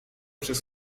przez